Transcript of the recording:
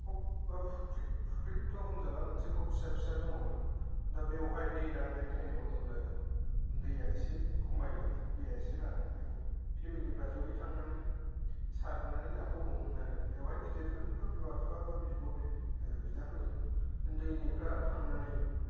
खब बा फुख्रि फुख्रिथ' होनजाला मोनसे खब फिसा फिसा दङमोन दा बेवहाय दै रान्नाय टाइमाव जेब्ला दैया एसे खमायलाङो दैया एसे रानो बेयाव फेमिलिफ्रा जयै थांनानै सारनानै नाखौ हमोमोन आरो बेवहाय गिदिरफोरदों बा बिमा फिफा बा बिब' बि बिदाफोरदों ओन्दै ओन्दैफ्रा थांनानै